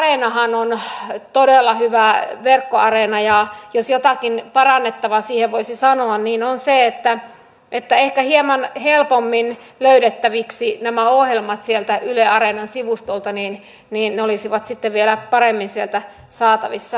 yle areenahan on todella hyvä verkkoareena ja jos jotakin parannettavaa siihen voisi sanoa niin se on se että ehkä jos hieman helpommin löydettäviksi saisi nämä ohjelmat sieltä yle areenan sivustolta niin ne olisivat sitten vielä paremmin sieltä saatavissa